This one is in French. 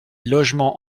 logements